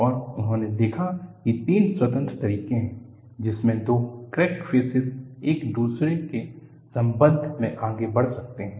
और उन्होंने देखा कि तीन स्वतंत्र तरीके हैं जिसमें दो क्रैक फ़ेसिस एक दूसरे के संबंध में आगे बढ़ सकते हैं